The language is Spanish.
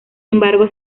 embargo